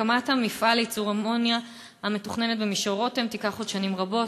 הקמת המפעל לייצור אמוניה המתוכננת במישור-רותם תיקח עוד שנים רבות.